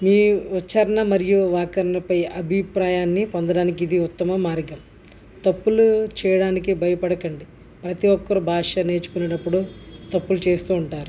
మీ ఉచ్చారణ మరియు వ్యాకరణంపై అభిప్రాయాన్ని పొందటానికి ఇది ఉత్తమ మార్గం తప్పులు చేయటానికి భయపడకండి ప్రతి ఒక్కరూ భాష నేర్చుకునేటప్పుడు తప్పులు చేస్తూ ఉంటారు